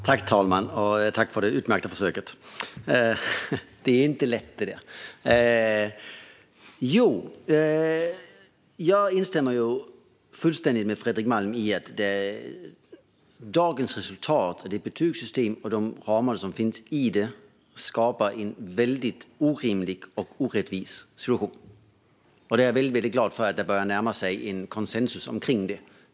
Herr talman! Jag instämmer fullständigt med Fredrik Malm i att det betygssystem och de ramar som finns i det skapar en orimlig och orättvis situation. Jag är väldigt glad för att det börjar närma sig en konsensus omkring det.